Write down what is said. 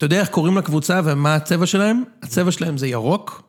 אתה יודע איך קוראים לקבוצה ומה הצבע שלהם? הצבע שלהם זה ירוק?